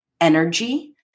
energy